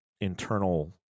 internal